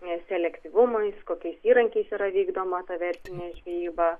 ne selektyvumais kokiais įrankiais yra vykdoma ta verslinė žvejyba